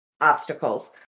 obstacles